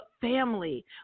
family